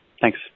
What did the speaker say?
Thanks